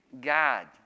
God